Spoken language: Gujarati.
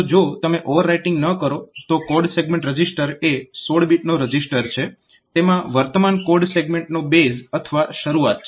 તો જો તમે ઓવરરાઈટીંગ ન કરો તો કોડ સેગમેન્ટ રજીસ્ટર એ 16 બીટનો રજીસ્ટર છે તેમાં વર્તમાન કોડ સેગમેન્ટનો બેઝ અથવા શરૂઆત છે